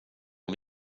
att